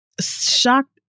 Shocked